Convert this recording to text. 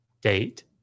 date